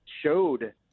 showed